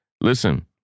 listen